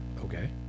Okay